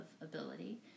ability